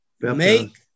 Make